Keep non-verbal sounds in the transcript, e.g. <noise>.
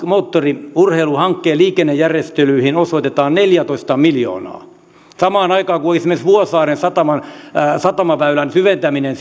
<unintelligible> moottoriurheiluhankkeen liikennejärjestelyihin osoitetaan neljätoista miljoonaa samaan aikaan kun esimerkiksi vuosaaren satamaväylän syventäminen <unintelligible>